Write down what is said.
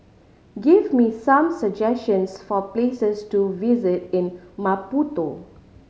give me some suggestions for places to visit in Maputo